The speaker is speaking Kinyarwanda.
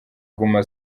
guma